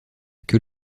que